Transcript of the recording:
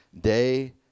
day